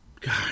God